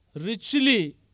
richly